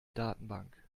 datenbank